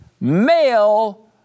male